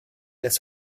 des